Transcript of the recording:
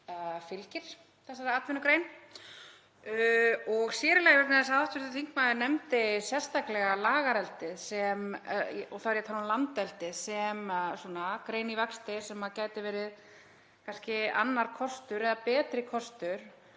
fylgir þessari atvinnugrein. Og sér í lagi vegna þess að hv. þingmaður nefndi sérstaklega lagareldi, og þá er ég að tala um landeldið, sem atvinnugrein í vexti sem gæti verið kannski annar kostur eða betri kostur,